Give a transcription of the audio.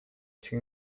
two